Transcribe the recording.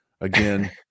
again